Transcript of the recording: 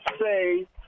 say